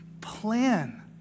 plan